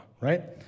right